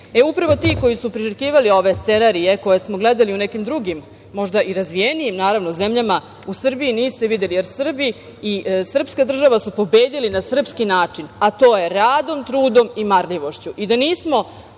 Srbije. Upravo ti koji su priželjkivali ove scenarije koje smo gledali u nekim drugim, možda i razvijenijim zemljama u Srbiji niste videli, jer Srbi i srpska država su pobedili na srpski način, a to je radom, trudom i marljivošću. Da